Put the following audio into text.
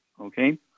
okay